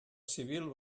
civil